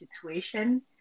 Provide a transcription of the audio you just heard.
situation